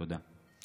תודה.